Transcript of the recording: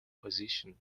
position